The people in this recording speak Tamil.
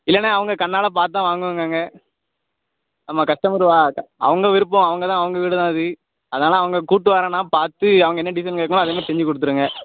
இல்லைண்ண அவங்க கண்ணால் பார்த்தா வாங்குவாங்கங்க ஆமாம் கஸ்டமர் வ அவங்க விருப்பம் அவங்கதான் அவங்க வீடுதான் அது அதனால் அவங்க கூட்டு வரேன் நான் பார்த்து அவங்க என்ன டிசைன் கேட்கறாங்களோ அதே மாதிரி செஞ்சு கொடுத்துடுங்க